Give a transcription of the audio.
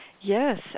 Yes